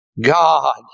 God